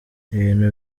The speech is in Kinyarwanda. ibintu